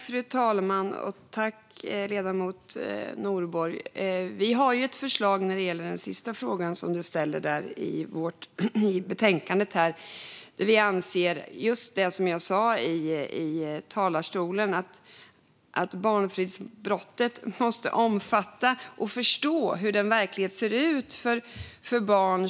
Fru talman! Vi har ett förslag i betänkandet när det gäller den sista frågan som ledamoten Nordborg ställer. Vi anser just det som jag tog upp i mitt anförande, nämligen att barnfridsbrottet måste omfatta och förstå hur verkligheten ser ut för barn.